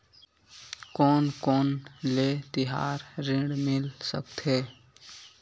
कोन कोन ले तिहार ऋण मिल सकथे?